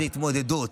זו התמודדות,